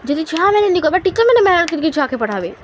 ଯଦି ଛୁଆମାନେ ନାଇଁ ପଢ଼ବା ଟିଚରମାନେ ମେହନତ କରକେ ଛୁଆଁକେ ପଢ଼ାବେ